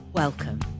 Welcome